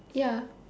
ya